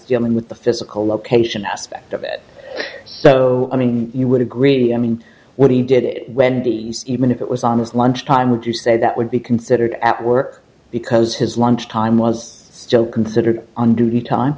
dealing with the physical location aspect of it so i mean you would agree i mean what he did when he even if it was on his lunch time would you say that would be considered at work because his lunch time was still considered on duty time